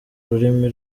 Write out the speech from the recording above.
rurimi